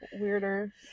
weirder